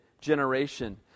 generation